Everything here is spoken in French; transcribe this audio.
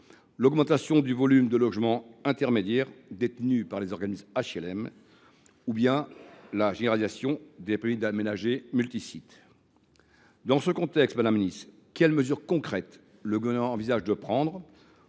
l’augmentation du volume de logements intermédiaires détenus par les organismes HLM ou la généralisation du permis d’aménager multi sites. Dans ce contexte, madame la ministre, quelles mesures concrètes le Gouvernement envisage t il de prendre